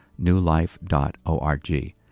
newlife.org